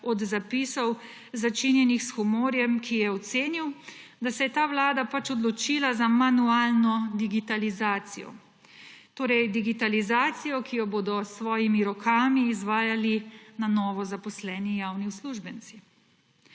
od zapisov, začinjenih s humorjem, ki je ocenil, da se je ta vlada pač odločila za manualno digitalizacijo, torej digitalizacijo, ki jo bodo s svojimi rokami izvajali nanovo zaposleni javni uslužbenci.